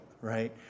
right